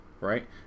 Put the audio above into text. right